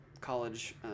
college